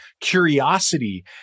curiosity